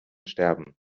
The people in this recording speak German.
sterben